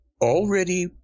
Already